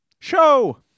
Show